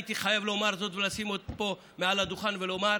הייתי חייב לומר זאת ולשים פה מעל הדוכן ולומר: